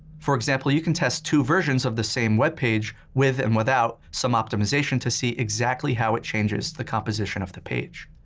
for example, you can test two versions of the same web page with and without some optimization to see exactly how it changes the composition of the page.